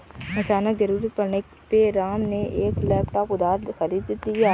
अचानक ज़रूरत पड़ने पे राम ने एक लैपटॉप उधार खरीद लिया